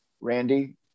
Randy